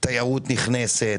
תיירות נכנסת.